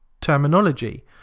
terminology